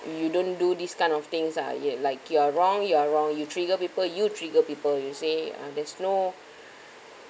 you don't do this kind of things ah ya like you are wrong you are wrong you trigger people you trigger people you say uh there's no